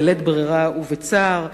בלית ברירה ובצער.